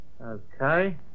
Okay